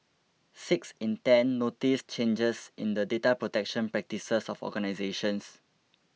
six in ten noticed changes in the data protection practices of organisations